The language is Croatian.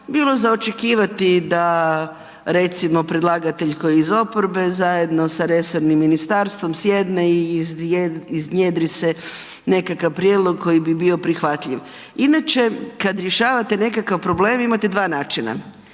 bilo za očekivati da, recimo predlagatelj koji je iz oporbe zajedno sa resornim ministarstvom sjedne i iznjedri se nekakav prijedlog koji bi bio prihvatljiv. Inače, kad rješavate nekakav problem, imate dva načina.